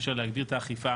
אפשר להגביר את האכיפה